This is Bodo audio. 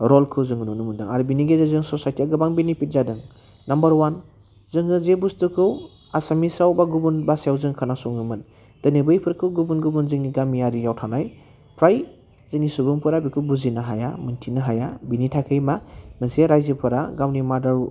रलखौ जोङो नुनो मोन्दों आरो बिनि गेजेरजों ससाइटिआ गोबां बिनिफिट जादों नाम्बार अवान जोङो जे बुस्थुखौ आसामिसाव बा गुबुन भाषायाव जों खोनासङोमोन दोनै बैफोरखौ गुबुन गुबुन जोंनि गामियारिआव थानाय फ्राय जोंनि सुबुंफोरा बेखौ बुजिनो हाया मोनथिनो हाया बिनि थाखै मा मोनसे रायजोफोरा गावनि मादार